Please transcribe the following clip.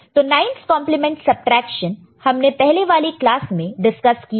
तो 9's complement subtraction हमने पहले वाले क्लास में डिस्कस किया है